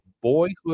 Boyhood